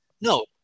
No